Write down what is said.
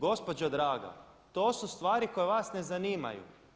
Gospođo draga to su stvari koje vas ne zanimaju.